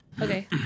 Okay